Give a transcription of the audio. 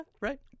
right